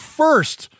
first